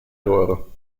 loro